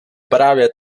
právě